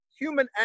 human